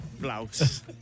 Blouse